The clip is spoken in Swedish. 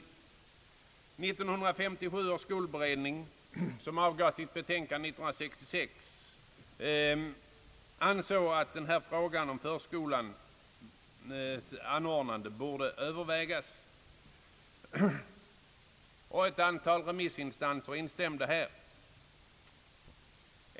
1957 års skolberedning, som avgav sitt betänkande 1966, ansåg att förskolans anordnande borde övervägas, och ett antal remissinstanser instämde i detta uttalande.